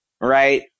right